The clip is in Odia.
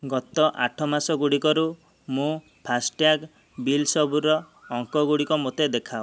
ଗତ ଆଠ ମାସଗୁଡ଼ିକରୁ ମୋ' ଫାସ୍ଟ୍ୟାଗ୍ ବିଲସବୁର ଅଙ୍କଗୁଡ଼ିକ ମୋତେ ଦେଖାଅ